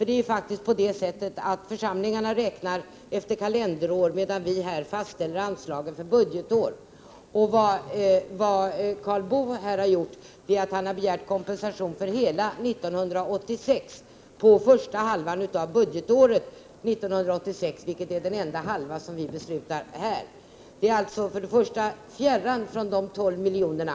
Det är faktiskt på det sättet att församlingarna räknar efter kalenderår, medan vi här fastställer anslagen för budgetår. Vad Karl Boo har gjort är att han har begärt kompensation för hela 1986, medan anslagen för första halvan av det ifrågavarande budgetåret är det enda vi skall besluta om nu. Dagens beslut ligger alltså fjärran från de 12 miljonerna.